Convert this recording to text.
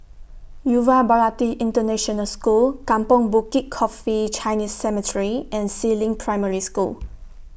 Yuva Bharati International School Kampong Bukit Coffee Chinese Cemetery and Si Ling Primary School